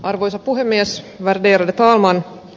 arvoisa puhemies värderade talman